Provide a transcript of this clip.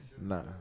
Nah